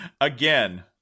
Again